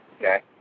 okay